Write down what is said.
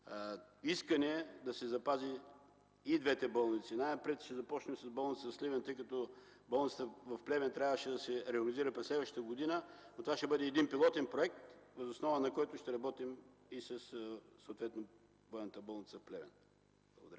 искане да се запазят двете болници. Най-напред ще започнем с болницата в Сливен, защото болницата в Плевен трябваше да се реорганизира през следващата година, но в Сливен ще бъде един пилотен проект, въз основа на който ще работим и с Военната болница в Плевен. Благодаря